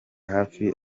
hafi